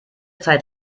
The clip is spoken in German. zeit